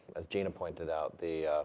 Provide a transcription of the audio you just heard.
as gena pointed out, the,